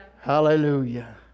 Hallelujah